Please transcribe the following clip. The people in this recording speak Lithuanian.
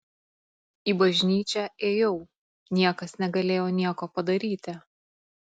į bažnyčią ėjau niekas negalėjo nieko padaryti